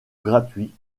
gratuit